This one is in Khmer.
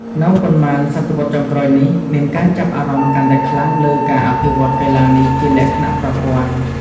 នៅប៉ុន្មានទសវត្សរ៍ចុងក្រោយនេះ មានការចាប់អារម្មណ៍កាន់តែខ្លាំងលើការអភិវឌ្ឍកីឡានេះជាលក្ខណៈប្រព័ន្ធ។